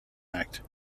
act